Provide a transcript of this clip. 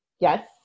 Yes